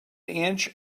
inch